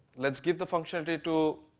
let's give the functionality to